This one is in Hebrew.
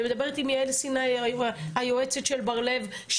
ומדברת עם יעל סיני היועצת של בר לב,